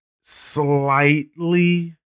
slightly